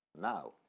Now